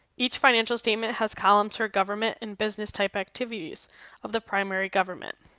each financial statement has columns for government and business-type activities of the primary government.